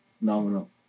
nominal